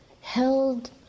held